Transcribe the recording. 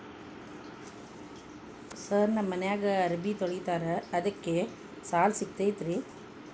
Sir ನಮ್ಮ ಮನ್ಯಾಗ ಅರಬಿ ತೊಳಿತಾರ ಅದಕ್ಕೆ ಸಾಲ ಸಿಗತೈತ ರಿ?